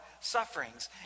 sufferings